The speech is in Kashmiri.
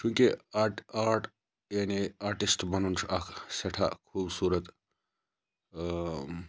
چونٛکہِ آرٹ آرٹ یعنی آٹِسٹہٕ بَنُن چھُ اکھ سیٚٹھاہ خوٗبصورَت